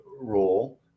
rule